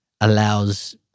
allows